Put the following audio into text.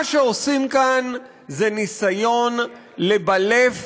מה שעושים כאן זה ניסיון לבלף